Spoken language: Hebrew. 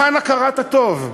היכן הכרת הטוב?